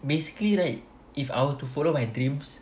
basically right if I were to follow my dreams